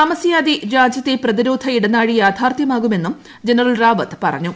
താമസിയാതെ രാജ്യത്തെ പ്രതിരോധ ഇടനാഴി യാഥാർത്ഥ്യമാകുമെന്നും ജനറൽ റാവത്ത് പറഞ്ഞു